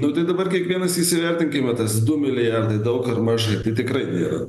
nu tai dabar kiekvienas įsivertinkeme tas du milijardai daug ar mažai tai tikrai nėra